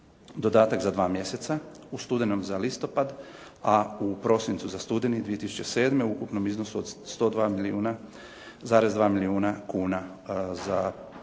dodatak za dva mjeseca, u studenom za listopad a u prosincu za studeni 2007. u ukupnom iznosu od 102,2 milijuna kuna za prosječno